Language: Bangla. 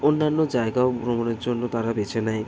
অন্যান্য জায়গাও ভ্রমণের জন্য তারা বেছে নেয়